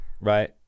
Right